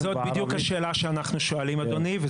זאת בדיוק השאלה שאנחנו שואלים אדוני.